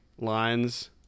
lines